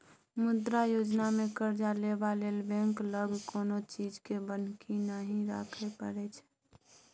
मुद्रा योजनामे करजा लेबा लेल बैंक लग कोनो चीजकेँ बन्हकी नहि राखय परय छै